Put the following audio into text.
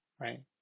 right